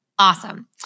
Awesome